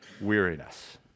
weariness